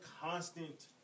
constant